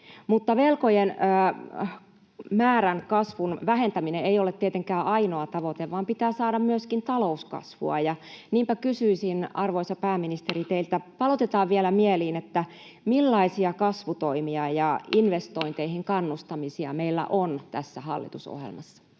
Velkojen määrän kasvun vähentäminen ei ole tietenkään ainoa tavoite, vaan pitää saada myöskin talouskasvua. Niinpä kysyisin, arvoisa pääministeri, teiltä — palautetaan vielä mieliin —, millaisia kasvutoimia ja investointeihin kannustamisia meillä on tässä hallitusohjelmassa.